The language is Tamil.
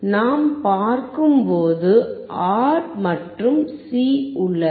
நாம் பார்க்கும்போது R மற்றும் C உள்ளது